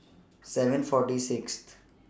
seven forty Sixth